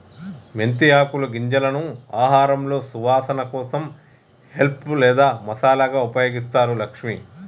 మెంతి ఆకులు గింజలను ఆహారంలో సువాసన కోసం హెల్ప్ లేదా మసాలాగా ఉపయోగిస్తారు లక్ష్మి